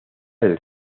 del